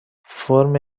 فرم